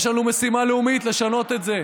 יש לנו משימה לאומית לשנות את זה.